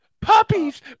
puppies